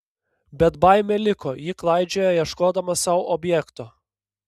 bet baimė liko ji klaidžioja ieškodama sau objekto